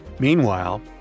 Meanwhile